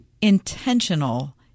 intentional